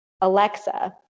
Alexa